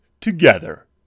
together